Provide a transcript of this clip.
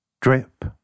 drip